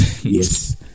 yes